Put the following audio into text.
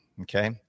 Okay